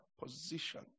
position